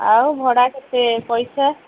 ଆଉ ଭଡ଼ା କେତେ ପଇସା